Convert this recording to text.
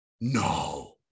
No